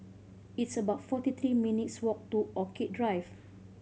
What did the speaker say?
it's about forty three minutes' walk to Orchid Drive